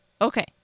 Okay